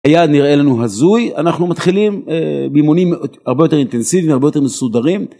היה נראה לנו הזוי, אנחנו מתחילים באימונים הרבה יותר אינטנסיביים, הרבה יותר מסודרים.